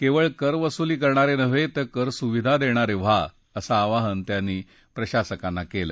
केवळ करवसुली करणारे नव्हे तर करसुविधा देणारे व्हा असं आवाहन त्यांनी या प्रशासकांना केलं